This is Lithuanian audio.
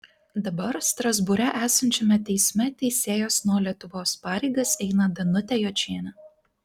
dabar strasbūre esančiame teisme teisėjos nuo lietuvos pareigas eina danutė jočienė